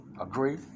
agree